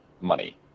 money